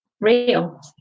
real